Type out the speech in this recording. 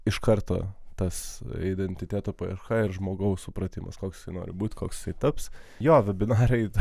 iš karto tas identiteto paieška ir žmogaus supratimas koks nori būti koks taps jo vebinarai